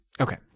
Okay